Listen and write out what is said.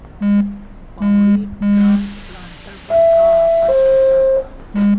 Paddy transplanter पर का offer चलता?